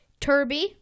turby